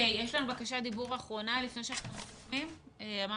אני כן רוצה להגיד שאני מסכימה מאוד עם מה שאמרת,